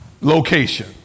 location